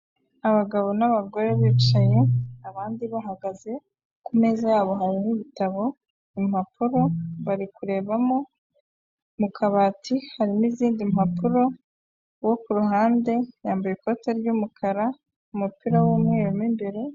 Abagabo n'abagore bicaye abandi bahagaze, ku meza yabo hariho ibitabo, impapuro, bari kurebamo, mu kabati harimo izindi mpapuro, uwo ku ruhande yambaye ikote ry'umukara, umupira w'umweru mo imbere.